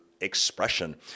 expression